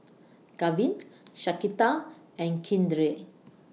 Gavin Shaquita and Keandre